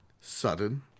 sudden